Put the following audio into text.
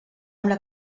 una